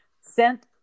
sent